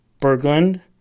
Berglund